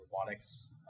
robotics